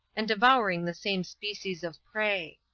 and devouring the same species of prey.